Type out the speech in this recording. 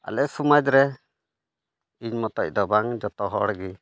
ᱟᱞᱮ ᱥᱚᱢᱟᱡᱽ ᱨᱮ ᱤᱧ ᱢᱚᱛᱚᱡ ᱫᱚ ᱵᱟᱝ ᱡᱚᱛᱚ ᱦᱚᱲ ᱜᱮ